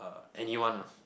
anyone lah